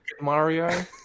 Mario